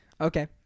Okay